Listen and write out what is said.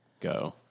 go